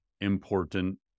important